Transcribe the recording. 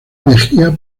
mejía